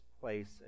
place